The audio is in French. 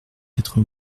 quatre